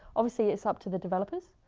obviously it's up to the developers.